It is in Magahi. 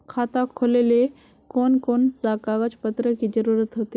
खाता खोलेले कौन कौन सा कागज पत्र की जरूरत होते?